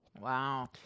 Wow